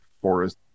forest